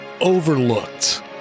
overlooked